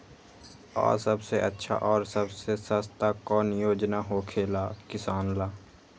आ सबसे अच्छा और सबसे सस्ता कौन योजना होखेला किसान ला?